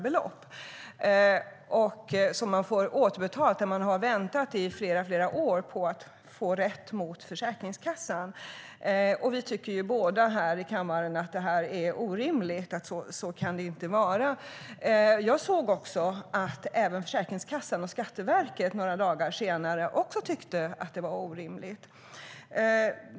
Det är ett orimligt stort belopp, när man har väntat i flera år på återbetalning och på att få rätt mot Försäkringskassan. Vi tycker ju båda här att det är orimligt. Så kan det inte vara. Även Försäkringskassan och Skatteverket tyckte några dagar senare att det var orimligt.